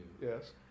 Yes